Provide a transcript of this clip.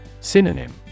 Synonym